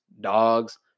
dogs